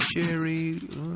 Jerry